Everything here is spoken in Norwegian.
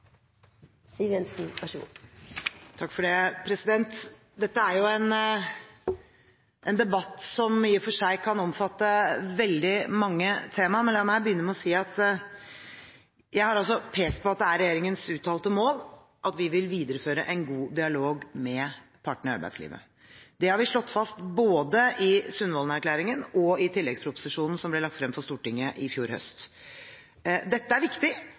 Dette er jo en debatt som i og for seg kan omfatte veldig mange tema, men la meg begynne med å si at jeg altså har pekt på at det er regjeringens uttalte mål å videreføre en god dialog med partene i arbeidslivet. Det har vi slått fast både i Sundvolden-erklæringen og i tilleggsproposisjonen som ble lagt frem for Stortinget i fjor høst. Dette er viktig